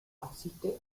asiste